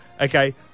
Okay